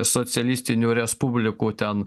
socialistinių respublikų ten